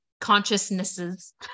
consciousnesses